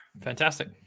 Fantastic